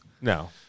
No